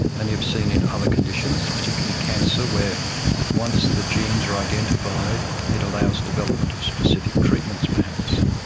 and you've seen in other conditions, particularly cancer, where once the genes are identified it allows development of specific treatments perhaps.